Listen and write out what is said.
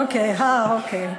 אוקיי, אוקיי.